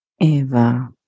Eva